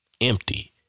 empty